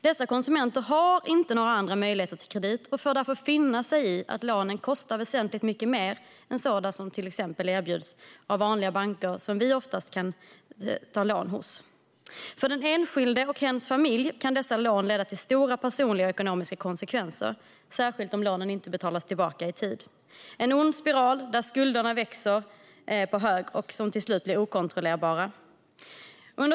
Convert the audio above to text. Dessa konsumenter har inte några andra möjligheter till kredit och får därför finna sig i att lånen kostar väsentligt mycket mer än sådana som till exempel erbjuds av vanliga banker som vi oftast kan ta lån hos. För den enskilde och hens familj kan dessa lån leda till stora personliga och ekonomiska konsekvenser, särskilt om lånen inte betalas tillbaka i tid. Det är en ond spiral där skulderna växer på hög och till slut blir okontrollerbara.